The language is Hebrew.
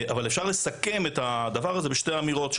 אפשר לסכם את הדבר הזה בשתי אמירות,